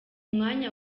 mwanya